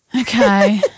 Okay